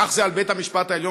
כך זה על בית-המשפט העליון,